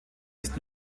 ist